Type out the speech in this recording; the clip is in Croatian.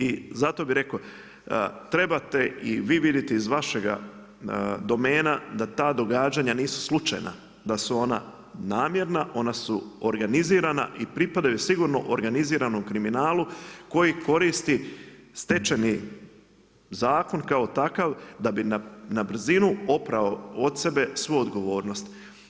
I zato bih rekao trebate i vi vidite iz vašega domena da ta događanja nisu slučajna, da su ona namjerna, ona su organizirana i pripadaju sigurno organiziranom kriminalu koji koristi Stečajni zakon kao takav da bi na brzinu oprao od sebe svu odgovornost.